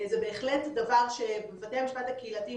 זה בהחלט דבר שבבתי המשפט הקהילתיים